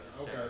Okay